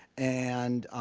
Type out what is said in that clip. and